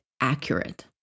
accurate